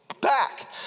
back